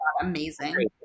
amazing